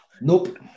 Nope